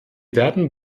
werden